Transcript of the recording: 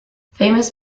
famous